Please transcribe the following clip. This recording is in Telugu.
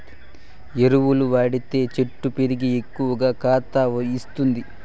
ఏ ఎరువులు వాడితే చెట్టు పెరిగి ఎక్కువగా కాత ఇస్తుంది?